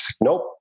Nope